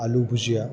आलू भुजिया